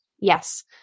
Yes